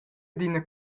d’ina